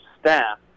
staff